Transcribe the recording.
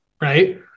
right